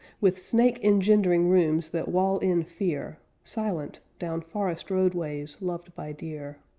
with snake-engendering rooms that wall in fear, silent, down forest roadways loved by deer.